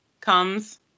comes